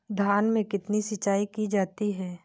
धान में कितनी सिंचाई की जाती है?